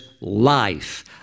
life